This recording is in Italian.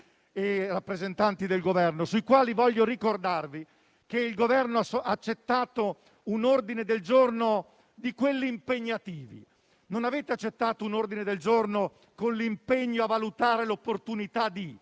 e rappresentanti del Governo: voglio ricordarvi che il Governo ha accettato un ordine del giorno di quelli impegnativi. Non avete accettato un ordine del giorno con l'impegno «a valutare l'opportunità di»,